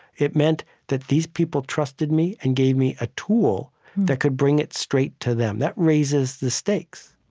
it meant that these people trusted me and gave me a tool that could bring it straight to them. that raises the stakes